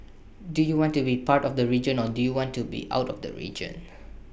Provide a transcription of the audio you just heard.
do you want to be part of the region or do you want to be out of the region